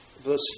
Verse